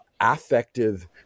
affective